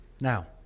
Now